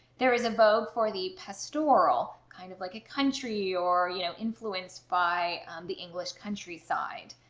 there is a vogue for the pastoral kind of like a country, or you know, influenced by the english countryside.